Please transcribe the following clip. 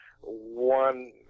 one